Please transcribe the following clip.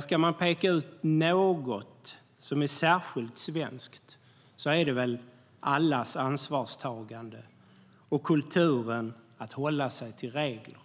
Ska man peka ut något som särskilt svenskt är det väl allas ansvarstagande och kulturen att hålla sig till regler.